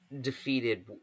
defeated